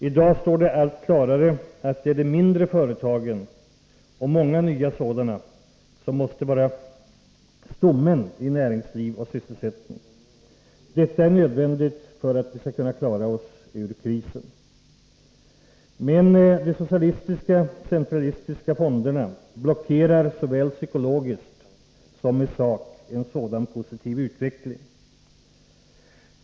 I dag står det allt klarare att det är de mindre företagen — och många nya sådana — som måste vara stommen i näringsliv och sysselsättning. Detta är nödvändigt för att vi skall kunna klara oss ur krisen. Men de socialistiska, centralistiska fonderna blockerar såväl psykologiskt som i sak en sådan positiv utveckling.